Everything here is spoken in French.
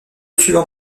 suivant